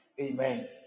amen